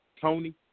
Tony